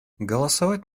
голосовать